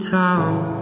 town